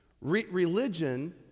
Religion